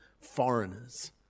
foreigners